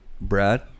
Brad